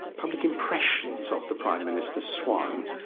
public impressions of the prime minister swung.